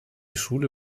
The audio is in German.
schule